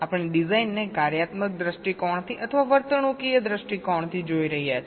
આપણે ડિઝાઇનને કાર્યાત્મક દ્રષ્ટિકોણથી અથવા વર્તણૂકીય દૃષ્ટિકોણથી જોઈ રહ્યા છીએ